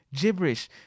gibberish